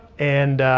and